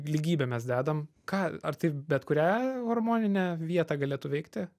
lygybę mes dedam ką ar tai bet kurią hormoninę vietą galėtų veikti